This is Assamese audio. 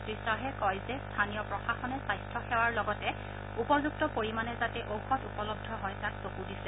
শ্ৰীশ্বাহে কয় যে স্থানীয় প্ৰশাসনে স্বাস্থ্য সেৱাৰ লগতে উপযুক্ত পৰিমানে যাতে ঔষধ উপলব্ধ হয় তাক চকু দিছে